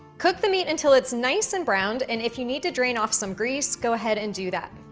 cook the meat until it's nice and browned, and if you need to drain off some grease, go ahead and do that.